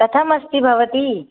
कथम् अस्ति भवती